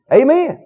Amen